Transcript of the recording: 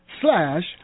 slash